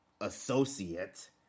associate